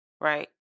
right